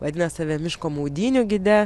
vadina save miško maudynių gide